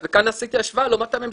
וכאן עשיתי השוואה לעומת הממשלה,